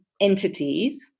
entities